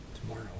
tomorrow